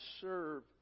serve